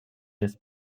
this